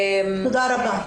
תודה רבה.